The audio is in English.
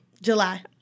July